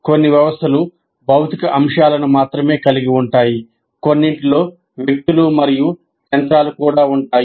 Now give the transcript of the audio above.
కొన్ని వ్యవస్థలు భౌతిక అంశాలను మాత్రమే కలిగి ఉంటాయి కొన్నింటిలో వ్యక్తులు మరియు యంత్రాలు కూడా ఉంటాయి